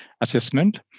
assessment